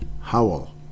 Howell